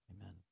Amen